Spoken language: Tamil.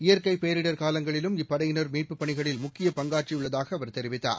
இயற்கை பேரிடர் காலங்களிலும் இப்படையினர் மீட்புப் பணிகளில் முக்கிய பங்காற்றியுள்ளதாக அவர் தெரிவித்தார்